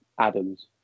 Adams